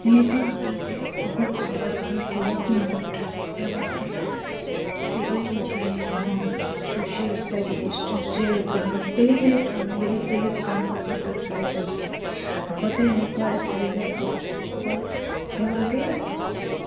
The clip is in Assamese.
এনেকুৱা নহয় যে অকল ঘৰৰ কামে কৰি সীমাবদ্ধ আছে তেওঁলোকে চিভিল ইঞ্জিনিয়াৰিং হওক ছ'চিয়েল ষ্টাডি চ'চিয়েল ৱৰ্কাৰ হওক বেলেগ বেলেগ ধৰণে বেলেগ বেলেগ কাম কাজত আগবাঢ়ি গৈছে আগতে এনেকুৱা আছিলে যে অকল তেওঁলোকে